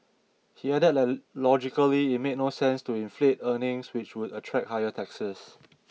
he added that logically it made no sense to inflate earnings which would attract higher taxes